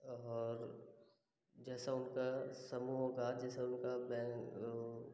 और जैसा उनका समूह होगा जैसा उनका बैंक